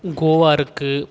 கோவா இருக்குது